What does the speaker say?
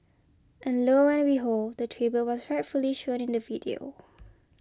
and lo and behold the tribute was rightfully shown in the video